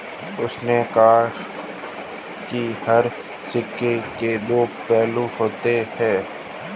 उसने कहा हर सिक्के के दो पहलू होते हैं